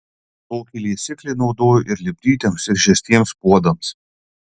tokį liesiklį naudojo ir lipdytiems ir žiestiems puodams